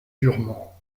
durement